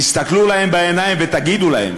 תסתכלו להם בעיניים ותגידו להם,